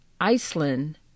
Iceland